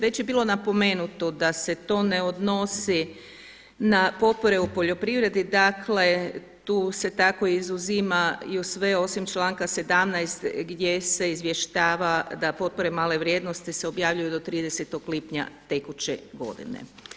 Već je bilo napomenuto da se to ne odnosi na potpore u poljoprivredi, dakle tu se tako izuzima i sve osim članka 17. gdje se izvještava da potpore male vrijednosti se objavljuju do 30 lipnja tekuće godine.